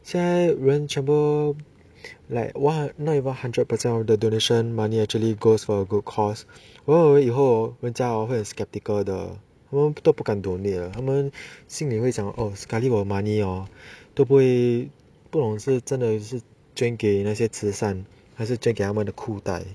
现在人全部 like not even hundred percent of the donation money actually goes for a good cause 如果以后人家会 skeptical 都不敢 donate 他们心里会想 oh sekali 我 money hor 都不会不懂是真的是捐给那些慈善还是捐给他们的裤袋